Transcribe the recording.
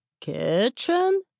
Kitchen